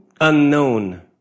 unknown